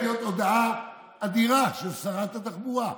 להיות הודעה אדירה של שרת התחבורה.